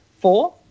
four